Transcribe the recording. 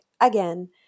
again